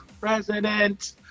president